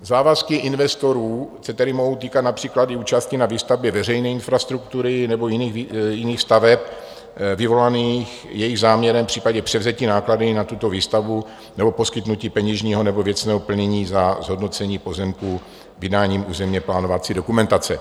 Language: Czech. Závazky investorů se tedy mohou týkat například i účasti na výstavbě veřejné infrastruktury nebo jiných staveb vyvolaných jejich záměrem v případě převzetí nákladů na tuto výstavbu nebo poskytnutí peněžního nebo věcného plnění za zhodnocení pozemku vydáním územněplánovací dokumentace.